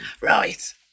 Right